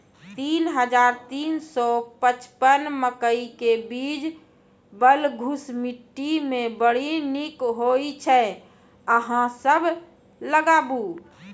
तीन हज़ार तीन सौ पचपन मकई के बीज बलधुस मिट्टी मे बड़ी निक होई छै अहाँ सब लगाबु?